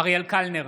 אריאל קלנר,